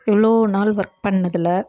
இவ்வளோ நாள் ஒர்க் பண்ணதில்